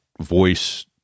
voice